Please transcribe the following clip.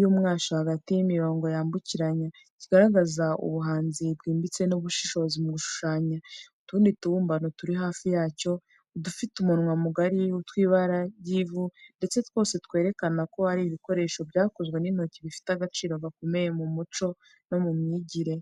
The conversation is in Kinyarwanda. y'umwashi hagati n’imirongo yambukiranya, kigaragaza ubuhanzi bwimbitse n’ubushishozi mu gushushanya. Utundi tubumbano turi hafi yacyo, udufite umunwa mugari, utw’ibara ry’ivu ndetse twose twerekana ko ari ibikoresho byakozwe n’intoki, bifite agaciro gakomeye mu muco no mu myigire.